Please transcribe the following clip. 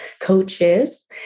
coaches